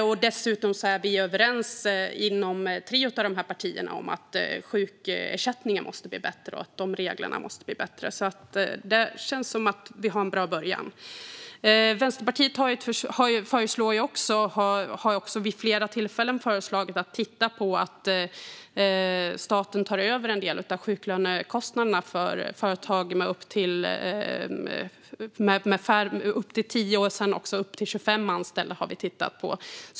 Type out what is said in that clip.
Dessutom är vi i tre av partierna överens om att sjukersättningen måste bli bättre och att de reglerna måste bli bättre. Det känns alltså som att vi har en bra början. Vänsterpartiet har också vid flera tillfällen föreslagit att man ska titta på att staten skulle kunna ta över en del av sjuklönekostnaderna för företag med upp till 10 anställda eller upp till 25 anställda, vilket vi har tittat på.